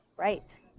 Right